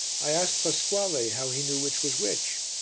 i asked pasquale how he knew which was which.